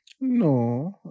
No